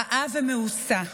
רעה ומאוסה,